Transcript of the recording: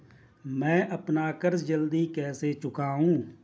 मैं अपना कर्ज जल्दी कैसे चुकाऊं?